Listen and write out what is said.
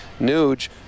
Nuge